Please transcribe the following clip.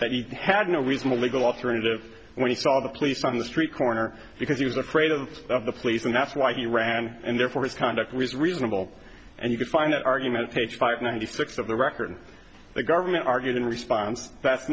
that he had no reasonable legal alternative when he saw the police on the street corner because he was afraid of the police and that's why he ran and therefore his conduct was reasonable and you can find that argument page five ninety six of the record the government argued in response